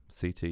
CT